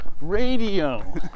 radio